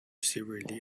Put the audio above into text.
severely